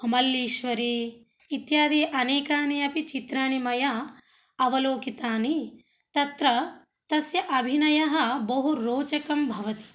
मल्लीश्वरी इत्यादि अनेकानि अपि चित्राणि मया अवलोकितानि तत्र तस्य अभिनयः बहु रोचकं भवति